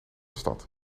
stad